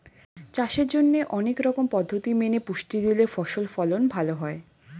চাষের জন্যে অনেক রকম পদ্ধতি মেনে পুষ্টি দিলে ফসল ফলন ভালো হয়